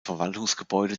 verwaltungsgebäude